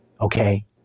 Okay